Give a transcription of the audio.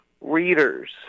readers